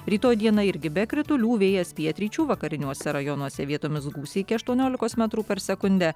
rytoj dieną irgi be kritulių vėjas pietryčių vakariniuose rajonuose vietomis gūsiai iki aštuoniolikos metrų per sekundę